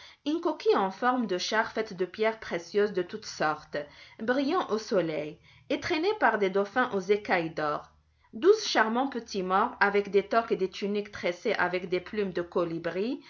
une coquille en forme de char faite de pierres précieuses de toutes sortes brillant au soleil et traînée par des dauphins aux écailles d'or douze charmants petits maures avec des toques et des tuniques tressées avec des plumes de colibri